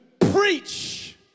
preach